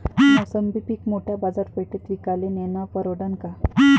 मोसंबी पीक मोठ्या बाजारपेठेत विकाले नेनं परवडन का?